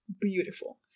beautiful